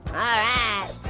alright.